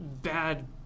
bad